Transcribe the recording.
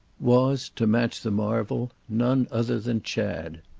was, to match the marvel, none other than chad.